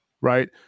Right